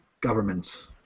government